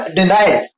denial